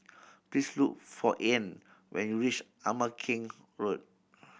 please look for Arne when you reach Ama Keng Road